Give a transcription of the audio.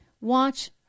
Watch